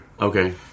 okay